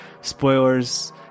Spoilers